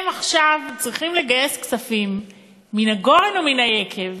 עכשיו צריכים לגייס כספים מן הגורן ומן היקב